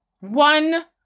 one